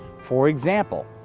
for example,